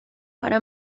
para